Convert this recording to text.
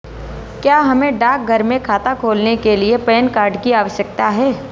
क्या हमें डाकघर में खाता खोलने के लिए पैन कार्ड की आवश्यकता है?